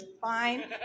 Fine